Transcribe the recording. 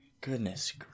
Goodness